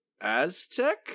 Aztec